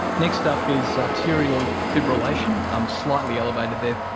next up is arterial fibrillation. i'm slightly elevated there.